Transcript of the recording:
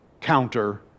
counter